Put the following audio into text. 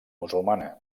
musulmana